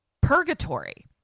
purgatory